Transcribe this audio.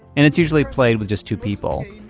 and it's usually played with just two people,